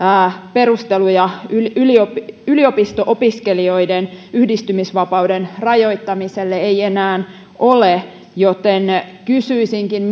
perusteluja yliopisto opiskelijoiden yhdistymisvapauden rajoittamiselle ei enää ole joten kysyisinkin